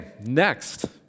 next